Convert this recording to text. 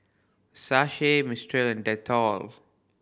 Mistral and Dettol